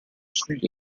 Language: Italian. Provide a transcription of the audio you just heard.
sugli